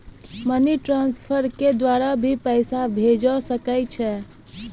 Money transfer के द्वारा भी पैसा भेजै सकै छौ?